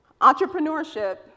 Entrepreneurship